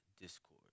Discord